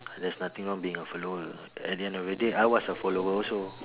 there's nothing wrong being a follower at the end of the day I was a follower also